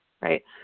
right